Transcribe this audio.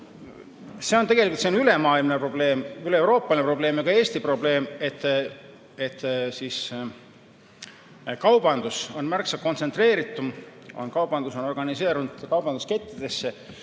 See on tegelikult ülemaailmne, üleeuroopaline ja ka Eesti probleem, et kaubandus on märksa kontsentreeritum, kaubandus on organiseerunud kaubanduskettidesse